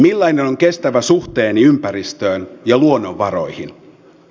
millainen on kestävä suhteeni ympäristöön ja luonnonvaroihin